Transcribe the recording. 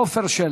עפר שלח.